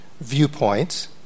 viewpoints